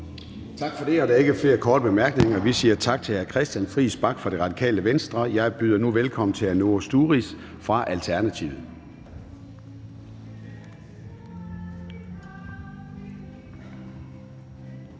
Tak for det. Der er ikke flere korte bemærkninger, og vi siger tak til hr. Christian Friis Bach fra Radikale Venstre. Jeg byder nu velkommen til hr. Noah Sturis fra Alternativet.